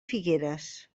figueres